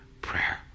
prayer